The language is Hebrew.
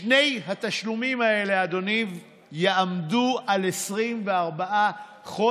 שני התשלומים האלה, אדוני, יעמדו על 24 חודשים.